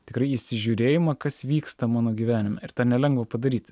tikrai įsižiūrėjimą kas vyksta mano gyvenime ir tą nelengva padaryti